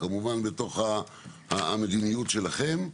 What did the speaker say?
כמובן בתוך המדיניות שלכם,